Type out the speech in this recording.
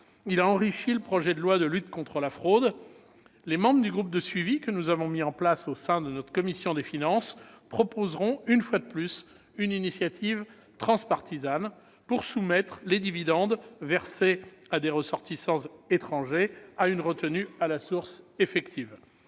Il a enrichi le projet de loi de lutte contre la fraude. Les membres du groupe de suivi que nous avons mis en place au sein de notre commission des finances proposeront, une fois de plus, une initiative transpartisane, pour soumettre les dividendes versés à des ressortissants étrangers à une retenue à la source effective.